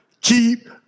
keep